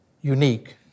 unique